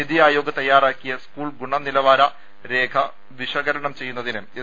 നിതി അയോഗ് തയ്യാറാക്കിയ സ്കൂൾ ഗുണനി ലവാരരേഖ വിശകലനം ചെയ്യുന്നതിന് എസ്